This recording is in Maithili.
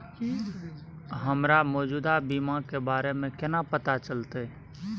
हमरा मौजूदा बीमा के बारे में केना पता चलते?